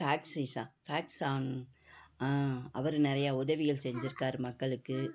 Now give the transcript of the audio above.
சாக்சிஸ்ஸா சாக்சான் அவர் நிறையா உதவிகள் செஞ்சுருக்காரு மக்களுக்கு